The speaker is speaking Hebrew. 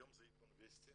היום זה עיתון וסטי